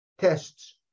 tests